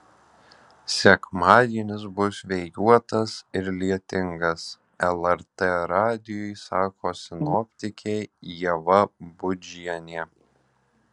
sekmadienis bus vėjuotas ir lietingas lrt radijui sako sinoptikė ieva budžienė